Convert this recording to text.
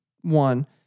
one